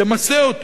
תמסה אותי.